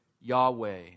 Yahweh